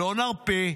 לא נרפה.